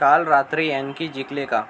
काल रात्री यांकी जिंकले का